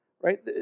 right